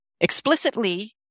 explicitly